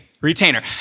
Retainer